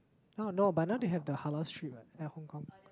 oh no but now they have the halal street what in Hong-Kong